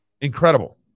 Incredible